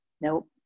Nope